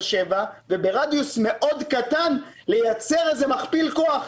שבע וברדיוס מאוד קטן לייצר איזה מכפיל כוח,